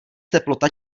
teplota